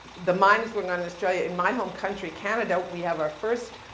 the mining is going on in australia. in my home country, canada, we have our first,